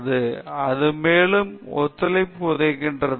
ரஞ்சித் ஆமாம் அது மேலும் ஒத்துழைப்புக்கு உதவுகிறது